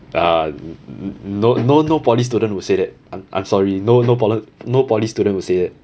ah no no no poly student will say that I'm sorry no no no poly student will say that